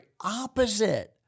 opposite